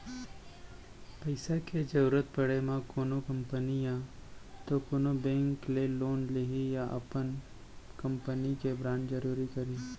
पइसा के जरुरत पड़े म कोनो कंपनी या तो कोनो बेंक ले लोन लिही या अपन कंपनी के बांड जारी करही